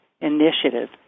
Initiative